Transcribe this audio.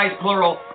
plural